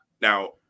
Now